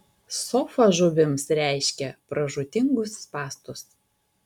sofa žuvims reiškia pražūtingus spąstus